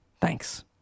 Thanks